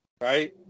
right